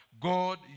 God